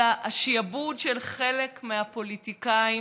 אלא השעבוד של חלק מהפוליטיקאים,